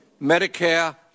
Medicare